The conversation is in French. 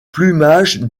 plumage